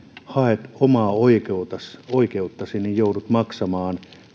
haet omaa oikeuttasi oikeuttasi ja joudut maksamaan